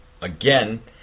again